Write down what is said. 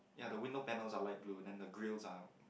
ya the window panels are light blue and the grills are